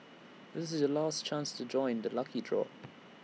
this is your last chance to join the lucky draw